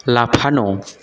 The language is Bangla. লাফানো